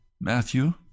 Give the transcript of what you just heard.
Matthew